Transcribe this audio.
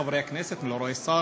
חברי חברי הכנסת, אני לא רואה שר.